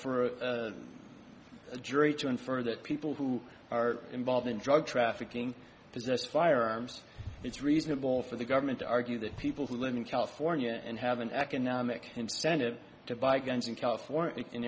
for a jury to infer that people who are involved in drug trafficking possess firearms it's reasonable for the government to argue that people who live in california and have an economic incentive to buy guns in california in